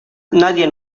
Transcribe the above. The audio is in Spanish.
nadie